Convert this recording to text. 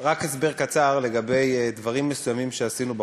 רק הסבר קצר לגבי דברים מסוימים שעשינו בחוק.